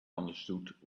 understood